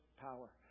power